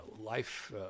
life